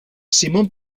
simón